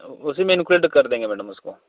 उसी में इनक्लूड कर देंगे मैडम उसका